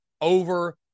over